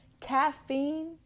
Caffeine